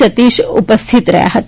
સતીષ ઉપસ્થિત રહ્યા હતા